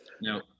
No